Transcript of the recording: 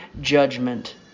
judgment